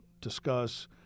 discuss